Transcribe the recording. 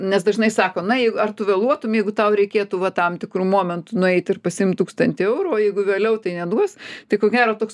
nes dažnai sako na jei ar tu meluotum jeigu tau reikėtų va tam tikru momentu nueit ir pasiimt tūkstantį eurų o jeigu vėliau tai neduos tai ko gero toks